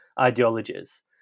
ideologies